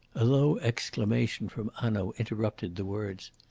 a low exclamation from hanaud interrupted the words.